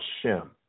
Shem